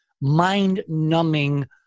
mind-numbing